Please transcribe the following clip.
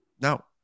no